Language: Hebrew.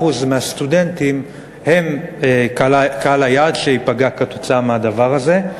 מהסטודנטים הם קהל היעד שייפגע כתוצאה מהדבר הזה.